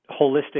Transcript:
holistic